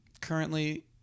Currently